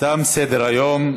תם סדר-היום.